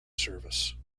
service